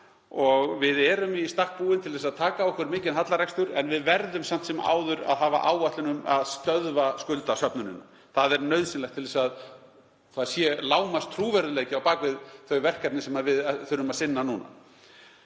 Við erum í stakk búin til að taka á okkur mikinn hallarekstur en við verðum samt sem áður að hafa áætlun um að stöðva skuldasöfnunina. Það er nauðsynlegt til að það sé lágmarkstrúverðugleiki á bak við þau verkefni sem við þurfum að sinna núna.